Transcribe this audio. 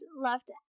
left